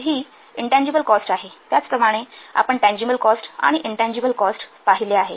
तर ही intangible cost आहे त्याचप्रमाणे आपण टँजिबल कॉस्ट आणि इनटँजिबल कॉस्ट पाहिले आहे